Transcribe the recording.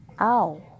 ow